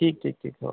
ठीक ठीक ठीक हो